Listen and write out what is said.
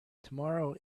tomorrow